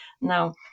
Now